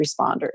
responders